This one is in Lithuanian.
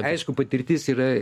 aišku patirtis yra